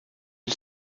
une